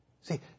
See